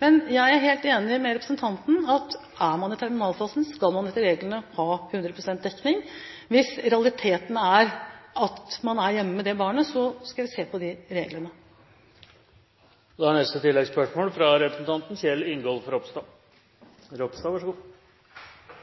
Men jeg er helt enig med representanten, er man i terminalfasen, skal man etter reglene ha 100 pst. dekning. Hvis realiteten er at man er hjemme med det barnet, skal jeg se på de reglene. Kjell Ingolf Ropstad – til oppfølgingsspørsmål. Det er